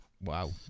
wow